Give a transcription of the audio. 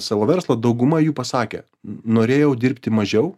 savo verslą dauguma jų pasakė norėjau dirbti mažiau